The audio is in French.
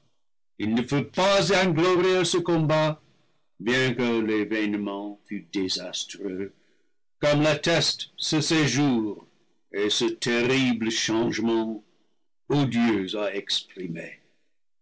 il ne fut pas inglorieux ce combat bien que l'événement fût désastreux comme l'attestent ce séjour et ce terrible changement odieux à exprimer